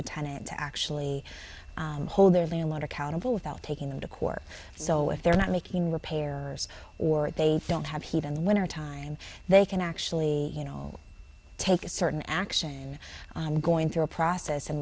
the tenant to actually hold their landlord accountable without taking them to court so if they're not making repairs or they don't have heat in the winter time they can actually you know take a certain action i'm going through a process and